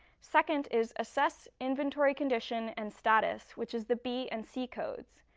second is assess inventory condition and status, which is the b and c codes.